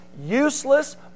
useless